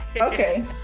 Okay